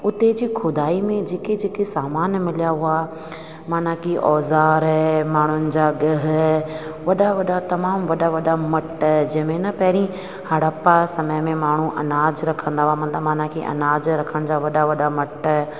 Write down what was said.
हुते जी खुदाई में जेके जेके सामान मिलिया हुआ माना कि औज़ार माण्हुनि जा ॻहु वॾा वॾा तमामु वॾा वॾा मटु जंहिं में न पहिरीं हड़प्पा समय में माण्हू अनाज रखंदा हुआ मतिलबु माना कि अनाज रखण जा वॾा वॾा मट